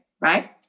right